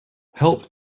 help